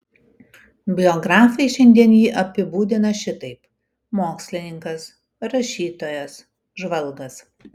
biografai šiandien jį apibūdina šitaip mokslininkas rašytojas žvalgas